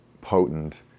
potent